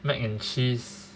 mac and cheese